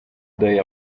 day